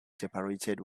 separated